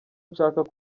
nshaka